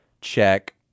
check